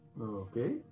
Okay